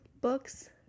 books